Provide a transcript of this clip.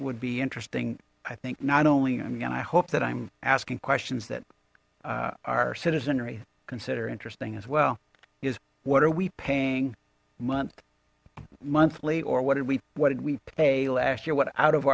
would be interesting i think not only and i hope that i'm asking questions that our citizenry consider interesting as well is what are we paying month monthly or what did we what did we pay last year what out of